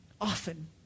often